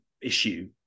issue